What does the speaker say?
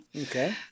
Okay